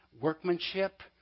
workmanship